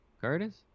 Curtis